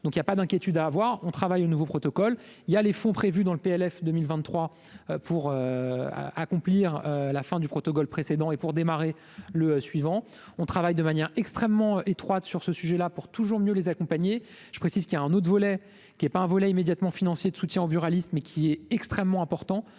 donc il y a pas d'inquiétudes à avoir, on travaille au nouveau protocole il y a les fonds prévus dans le PLF 2023 pour accomplir la fin du protocole précédant et pour démarrer le suivant, on travaille de manière extrêmement étroite sur ce sujet là pour toujours mieux les accompagner, je précise qu'il y a un autre volet qui est pas un volet immédiatement financier de soutien aux buralistes, mais qui est extrêmement important,